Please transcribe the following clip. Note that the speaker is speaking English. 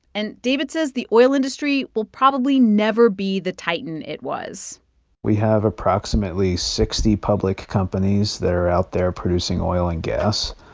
and david says the oil industry will probably never be the titan it was we have approximately sixty public companies that are out there producing oil and gas.